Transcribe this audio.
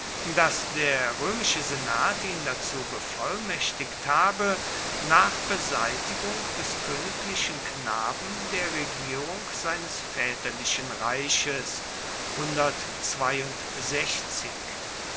daß der römische senat ihn dazu bevollmächtigt habe nach beseitigung des königlichen knaben der regierung seines väterlichen reiches